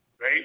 right